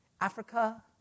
Africa